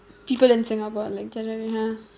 people in singapore like generally ha